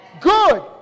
Good